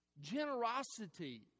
Generosity